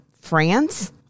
France